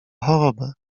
chorobę